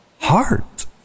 heart